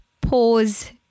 pause